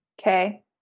Okay